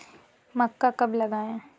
मक्का कब लगाएँ?